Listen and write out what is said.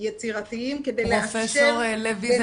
יצירתיים כדי לאפשר --- פרופסור ויזל,